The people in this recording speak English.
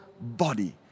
body